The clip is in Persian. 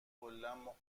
کاملا